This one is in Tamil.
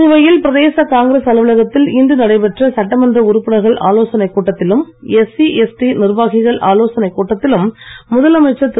புதுவையில் பிரதேச காங்கிரஸ் அலுவலகத்தில் இன்று நடைபெற்ற சட்டமன்ற உறுப்பினர்கள் ஆலோசனைக் கூட்டத்திலும் எஸ்சிஎஸ்டி நிர்வாகிகள் ஆலோசனைக் முதலமைச்சர் திரு